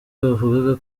bavugaga